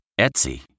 Etsy